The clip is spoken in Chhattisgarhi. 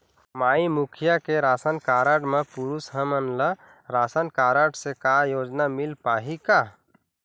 माई मुखिया के राशन कारड म पुरुष हमन ला रासनकारड से का योजना मिल पाही का?